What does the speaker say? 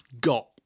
got